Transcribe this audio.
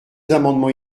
amendements